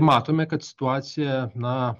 matome kad situacija na